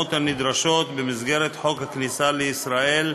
בהתאמות הנדרשות, במסגרת חוק הכניסה לישראל,